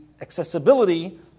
accessibility